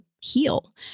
heal